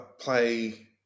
play